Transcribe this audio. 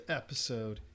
episode